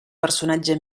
personatge